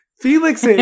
Felix